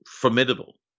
formidable